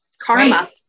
Karma